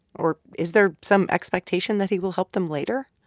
or is there some expectation that he will help them later.